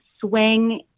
swing